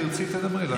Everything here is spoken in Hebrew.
תרצי, תדברי.